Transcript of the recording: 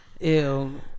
Ew